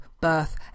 Birth